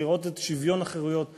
לראות את שוויון החירויות מתממש,